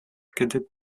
cadette